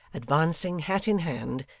advancing hat in hand,